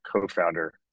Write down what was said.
co-founder